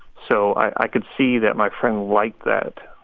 so i could see that my friend liked that,